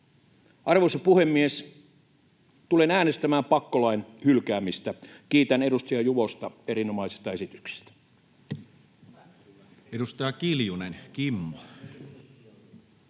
Arvoisa puhemies! Tulen äänestämään pakkolain hylkäämistä. Kiitän edustaja Juvosta erinomaisista esityksistä.